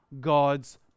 God's